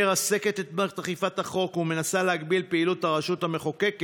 מרסקת את מערכת אכיפת החוק ומנסה להגביל את פעילות הרשות המחוקקת,